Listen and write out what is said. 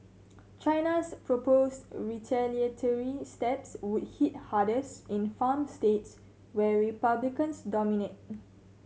China's proposed retaliatory steps would hit hardest in farm states where Republicans dominate